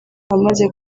amaze